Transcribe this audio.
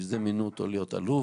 בשביל זה מינו אותו להיות אלוף,